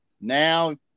Now